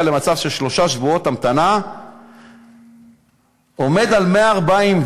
למצב של שלושה שבועות המתנה עומד על 140,